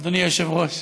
אדוני היושב-ראש,